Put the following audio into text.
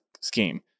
scheme